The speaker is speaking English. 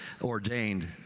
ordained